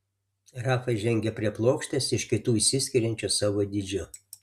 rafa žengė prie plokštės iš kitų išsiskiriančios savo dydžiu